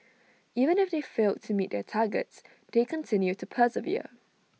even if they failed to meet their targets they continue to persevere